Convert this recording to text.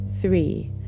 three